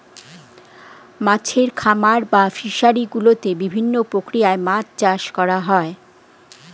মাছের খামার বা ফিশারি গুলোতে বিভিন্ন প্রক্রিয়ায় মাছ চাষ করা হয়